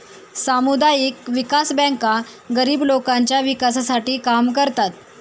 सामुदायिक विकास बँका गरीब लोकांच्या विकासासाठी काम करतात